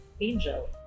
Angel